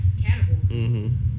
categories